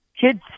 Kids